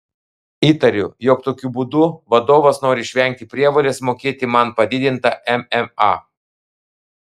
įtariu jog tokiu būdu vadovas nori išvengti prievolės mokėti man padidintą mma